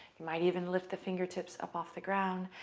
you might even lift the fingertips up off the ground.